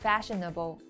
Fashionable